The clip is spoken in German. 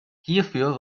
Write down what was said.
hierfür